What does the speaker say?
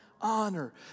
honor